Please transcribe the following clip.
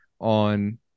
on